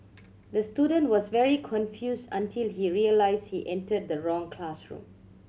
the student was very confused until he realised he entered the wrong classroom